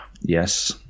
yes